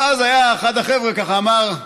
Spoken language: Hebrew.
ואז אחד החבר'ה אמר: